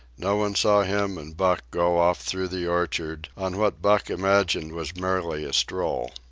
no one saw him and buck go off through the orchard on what buck imagined was merely a stroll.